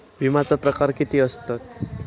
विमाचे प्रकार किती असतत?